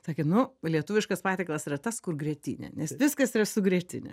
sakė nu lietuviškas patiekalas yra tas kur grietinė nes viskas yra su grietine